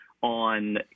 on